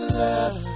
love